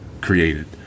created